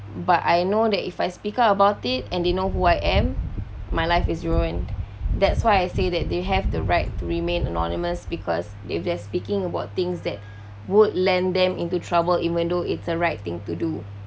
but I know that if I speak about it and they know who I am my life is ruined that's why I say that they have the right to remain anonymous because if they're speaking about things that would land them into trouble even though it's the right thing to do